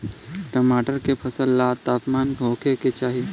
टमाटर के फसल ला तापमान का होखे के चाही?